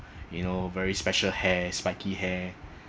you know very special hair spiky hair